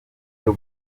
byo